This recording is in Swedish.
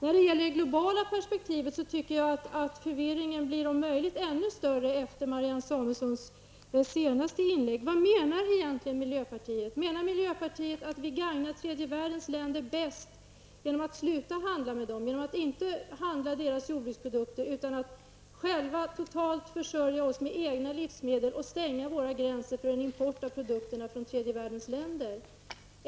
I fråga om det globala perspektivet tycker jag att förvirringen blir om möjligt ännu större efter Marianne Samuelssons senaste inlägg. Vad menar egentligen miljöpartiet? Menar miljöpartiet att vi gagnar tredje världens länder bäst genom att sluta handla med dem, genom att inte köpa deras jordbruksprodukter, utan att själva försörja oss totalt med egna livsmedel och stänga våra gränser för import av produkter från tredje världens länder?